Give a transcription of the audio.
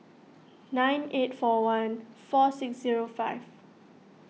nine eight four one four six zero five